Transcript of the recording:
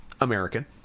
American